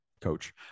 coach